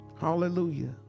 hallelujah